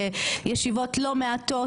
מדע ומעמד האישה,